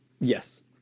Yes